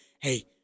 hey